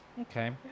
Okay